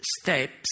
steps